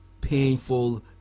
painful